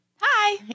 Hi